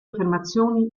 affermazioni